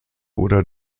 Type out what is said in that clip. oder